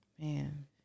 Man